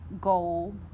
goal